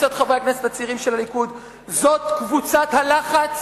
לקבוצת חברי הכנסת הצעירים של הליכוד: "זאת קבוצת הלחץ